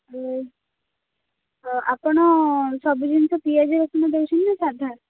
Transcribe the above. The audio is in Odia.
ଆଉ ଆପଣ ସବୁ ଜିନିଷ ପିଆଜି ରସୁଣ ଦଉଛନ୍ତି ସାଧା